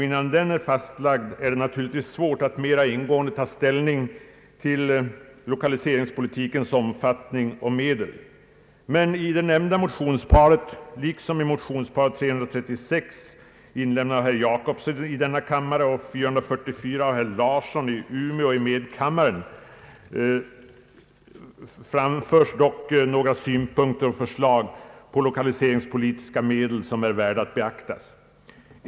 Innan den är fastslagen är det naturligtvis svårt att mera ingående ta ställning till lokaliseringspolitikens omfattning och medel, men i det nämnda motionsparet liksom i motionsparet I: 336 och II: 444 av herr Per Jacobsson och herr Larsson i Umeå m.fl. framförs dock några synpunkter och förslag på lokaliseringspolitiska medel som är värda att beaktas.